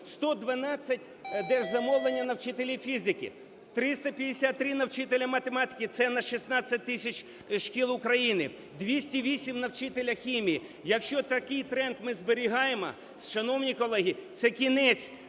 112 держзамовлення – на вчителів фізики, 353 – на вчителя математики, це на 16 тисяч шкіл України, 208 – на вчителя хімії. Якщо такий тренд ми зберігаємо, шановні колеги, це кінець